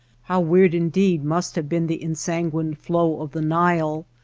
how weird indeed must have been the ensan guined flow of the nile,